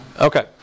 Okay